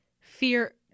fear